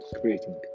creating